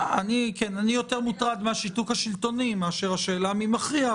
יותר מוטרד מאשר מן השאלה מי מכריע,